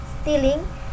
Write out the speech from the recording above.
stealing